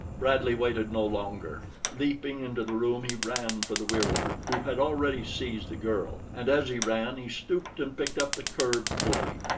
bradley waited no longer. leaping into the room he ran for the wieroo, who had already seized the girl, and as he ran, he stooped and picked up the curved blade.